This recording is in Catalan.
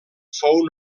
fou